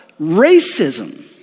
racism